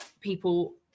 people